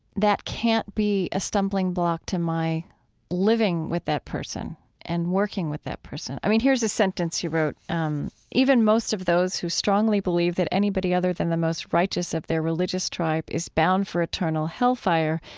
that can't be a stumbling block to my living with that person and working with that person i mean, here's a sentence you wrote um even most of those who strongly believe that anybody other than the most righteous of their religious tribe is bound for eternal hellfire,